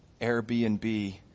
Airbnb